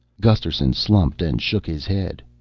gusterson slumped and shook his head.